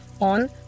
on